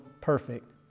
perfect